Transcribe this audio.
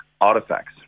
artifacts